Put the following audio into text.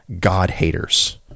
God-haters